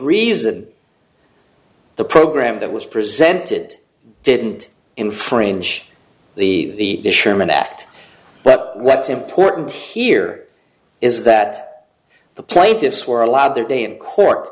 reason the program that was presented didn't infringe the fishermen that but what's important here is that the plaintiffs were allowed their day in court